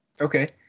Okay